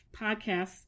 podcasts